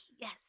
Yes